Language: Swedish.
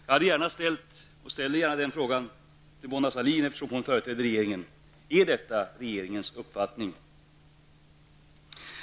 Jag ställer gärna den frågan till Mona Sahlin, eftersom hon företräder regeringen: Är detta regeringens uppfattning?